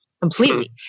completely